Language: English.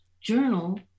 journal